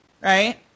right